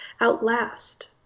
outlast